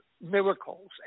Miracles